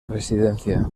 residencia